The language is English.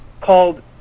called